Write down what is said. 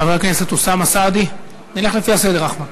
חבר הכנסת אוסאמה סעדי, נלך לפי הסדר, אחמד.